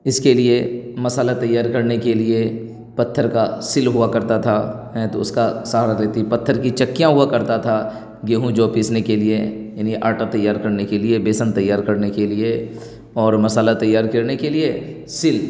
اس کے لیے مسالہ تیار کرنے کے لیے پتھر کا سل ہوا کرتا تھا ایں تو اس کا سارا پتھر کی چکیاں ہوا کرتا تھا گیہوں جو پیسنے کے لیے یعنی آٹا تیار کرنے کے لیے بیسن تیار کرنے کے لیے اور مسالہ تیار کرنے کے لیے سل